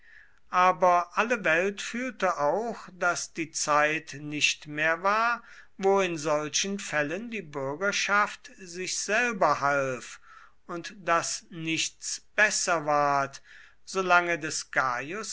aber alle welt fühlte auch daß die zeit nicht mehr war wo in solchen fällen die bürgerschaft sich selber half und daß nichts besser ward solange des